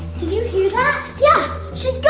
you hear that? yeah, she's